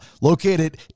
located